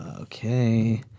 Okay